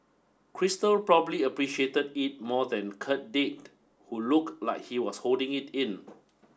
crystal probably appreciated it more than Kirk did who looked like he was holding it in